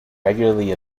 regularly